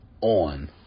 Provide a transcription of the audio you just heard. on